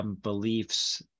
beliefs